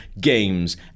games